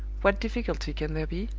what difficulty can there be?